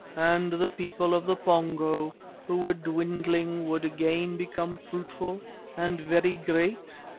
and the people of the pongo who were dwindling would again become fruitful and very great?